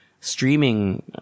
streaming